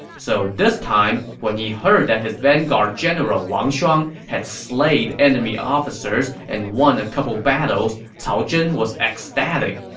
so this time, when he heard that his vanguard general wang shuang had slayed enemy officers and won a couple battles, cao zhen was ecstatic,